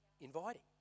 inviting